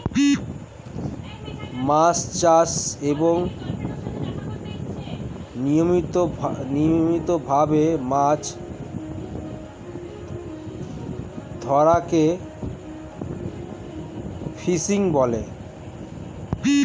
মাছ চাষ এবং নিয়মিত ভাবে মাছ ধরাকে ফিশিং বলে